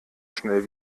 schnell